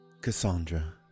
Cassandra